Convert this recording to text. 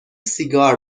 سیگار